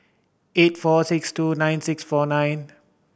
eight four six two nine six four nine